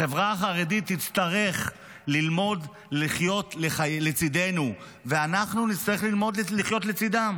החברה החרדית תצטרך ללמוד לחיות לצידנו ואנחנו נצטרך ללמוד לחיות לצידה.